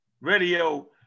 Radio